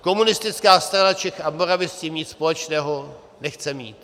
Komunistická strana Čech a Moravy s tím nic společného nechce mít!